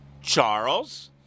Charles